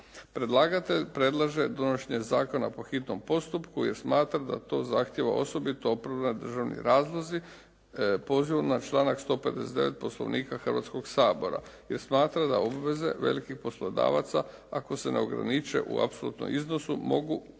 Predlagatelj predlaže donošenje zakona po hitnom postupku, jer smatra da to zahtjeva osobito opravdani državni razlozi pozivom na članak 159. Poslovnika Hrvatskog sabora. Jer smatra da obveze velikih poslodavaca ako se ne ograniče u apsolutnom iznosu mogu u